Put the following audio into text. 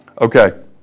Okay